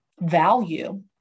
value